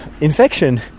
infection